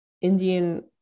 Indian